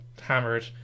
hammered